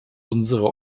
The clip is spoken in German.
unsere